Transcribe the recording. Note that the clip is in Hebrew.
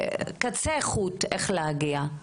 קצה חוט איך להגיע אליו.